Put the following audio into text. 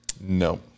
No